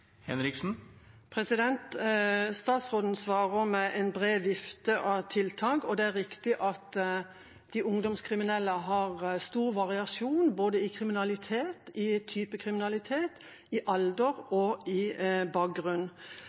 Statsråden svarer med en bred vifte av tiltak, og det er riktig at de ungdomskriminelle har stor variasjon både i kriminalitet, i type kriminalitet, i alder og i bakgrunn.